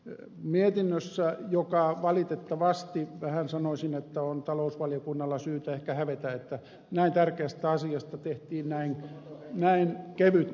yr mietinnössä joka valitettavasti tähän sanoisin että on talousvaliokunnalla syytä ehkä hävetä että näin tärkeästä asiasta tehtiin näin kevyt mietintö